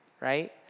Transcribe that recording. Right